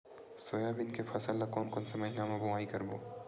Soybean के फसल ल कोन कौन से महीना म बोआई करबो?